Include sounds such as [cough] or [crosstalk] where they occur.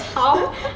!huh! [laughs]